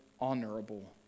honorable